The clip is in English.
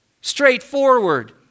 straightforward